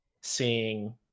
seeing